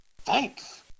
thanks